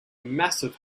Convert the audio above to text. massive